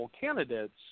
candidates